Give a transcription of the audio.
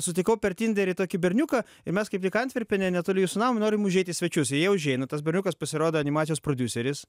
sutikau per tinderį tokį berniuką ir mes kaip tik antverpene netoli jūsų namo norim užeit į svečius i jie užeina tas berniukas pasirodo animacijos prodiuseris